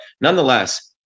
nonetheless